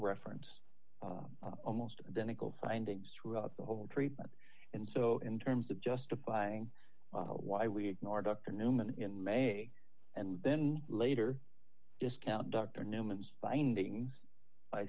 reference a most identical findings throughout the whole treatment and so in terms of justifying why we ignore dr newman and then later discount dr newman's findings by